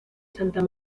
santa